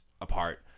apart